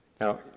Now